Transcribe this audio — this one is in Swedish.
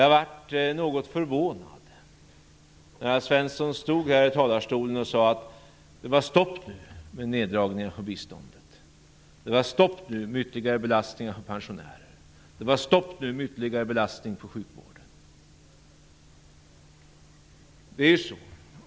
Jag blev något förvånad då Alf Svensson här i talarstolen sade att det nu var stopp för neddragningar på biståndet. Det var nu stopp för ytterligare belastningar för pensionärer. Det var nu stopp för ytterligare belastningar för sjukvården.